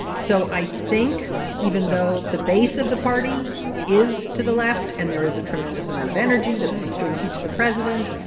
so i think even though the base of the party is to the left and there is a tremendous amount of energy that wants to impeach the president,